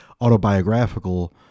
autobiographical